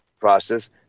process